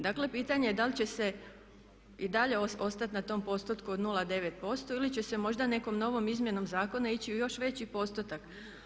Dakle, pitanje je da li će se i dalje ostati na tom postotku od 0,9% ili će se možda nekom novom izmjenom zakona ići u još veći postotak.